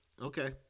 Okay